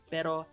Pero